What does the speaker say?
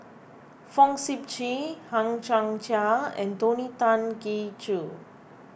Fong Sip Chee Hang Chang Chieh and Tony Tan Keng Joo